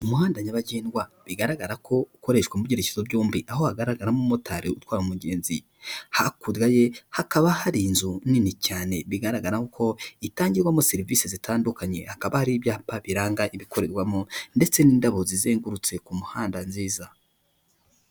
Umuhanda nyabagendwa, bigaragara ko ukoreshwa mu byerekezo byombi, aho hagaragaramo umumotari utwaye umugenzi. Hakurya ye hakaba hari inzu nini cyane bigaragara ko itangirwamo serivisi zitandukanye, hakaba hari ibyapa biranga ibikorerwamo ndetse n'indabo zizengurutse ku muhanda nziza.